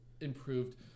improved